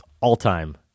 all-time